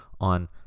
on